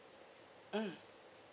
mm